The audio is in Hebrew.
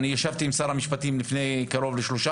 אני ישבתי עם שר המשפטים לפני קרוב לשלושה